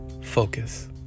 Focus